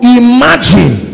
imagine